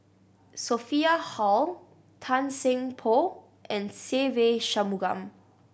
Sophia Hull Tan Seng Poh and Se Ve Shanmugam